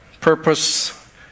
Purpose